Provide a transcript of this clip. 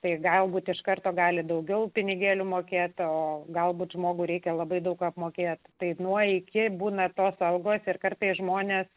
tai galbūt iš karto gali daugiau pinigėlių mokėti o galbūt žmogų reikia labai daug apmokėti dainuoji kiek būna tos algos ir kartais žmonės